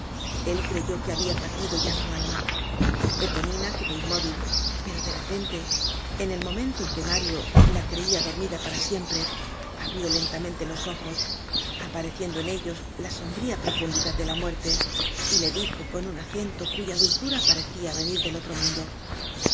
él creyó que habia partido ya su alma eponina quedó inmóvil pero de repente en el momento en que mario la creia dormida para siempre abrió lentamente los ojos apareciendo en ellos la sombría profundidad de la muerte y le dijo con un acento cuya dulzura parecía venir del otro mundo